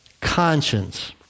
conscience